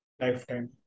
lifetime